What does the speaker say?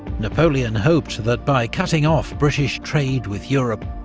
napoleon hoped that by cutting off british trade with europe,